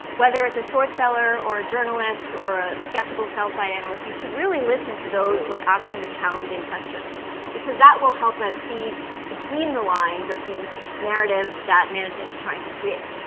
whether it's a short seller or a journalist or a skeptical sale site analyst. you should really listen to those who are asking the challenging questions because that will help us see between the lines of the narrative that management is trying to create.